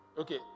Okay